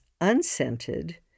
unscented